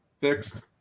Fixed